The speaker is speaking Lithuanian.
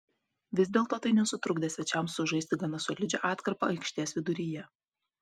vis dėlto tai nesutrukdė svečiams sužaisti gana solidžią atkarpą aikštės viduryje